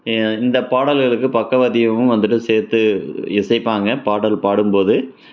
இந்த பாடல்களுக்கு பக்கவாத்தியமும் வந்துவிட்டு சேர்த்து இசைப்பாங்க பாடல் பாடும்போது